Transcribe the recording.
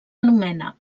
anomena